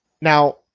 Now